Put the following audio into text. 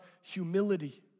humility